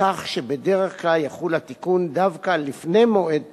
כך שבדרך כלל יחול התיקון דווקא לפני מועד פרסומו,